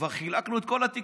כבר חילקנו את כל התיקים.